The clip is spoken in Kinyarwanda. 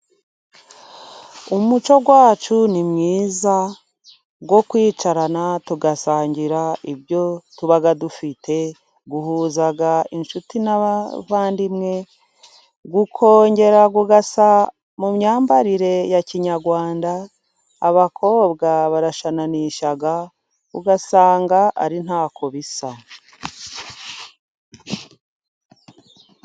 Umuco wacu ni mwiza, wo kwicarana tugasangira ibyo tuba dufite, uhuza inshuti n'abavandimwe, ukongera ugasa mu myambarire ya kinyarwanda, abakobwa barashananisha, ugasanga ari ntako bisa.